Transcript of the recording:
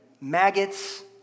maggots